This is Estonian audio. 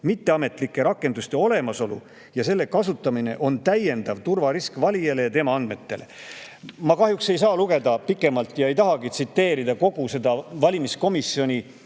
Mitteametlike rakenduste olemasolu ja selle kasutamine on täiendav turvarisk valijale ja tema andmetele." Ma kahjuks ei saa pikemalt lugeda ja ei tahagi tsiteerida kogu seda valimiskomisjoni